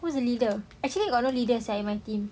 who's the leader actually got no leader sia in my team